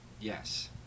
Yes